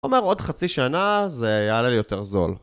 אומר: עוד חצי שנה זה יעלה לי יותר זול